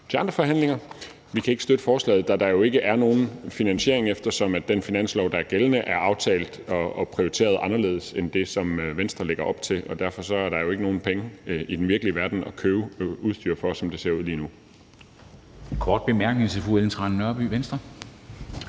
til andre forhandlinger. Vi kan ikke støtte forslaget, da der jo ikke er nogen finansiering, eftersom den finanslov, der er gældende, er aftalt og prioriteret anderledes end det, som Venstre lægger op til, og derfor er der jo ikke nogen penge i den virkelige verden til at købe udstyr for, som det ser ud lige nu.